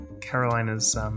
Carolina's